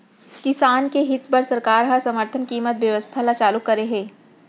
किसान के हित बर सरकार ह समरथन कीमत बेवस्था ल चालू करे हे